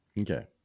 Okay